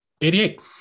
88